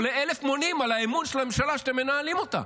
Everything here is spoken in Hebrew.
עולה אלף מונים על האמון בממשלה שאתם מנהלים אותה.